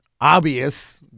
obvious